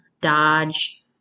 Dodge